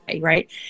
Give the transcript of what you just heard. right